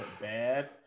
bad